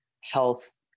health